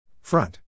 Front